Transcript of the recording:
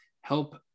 help